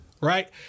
right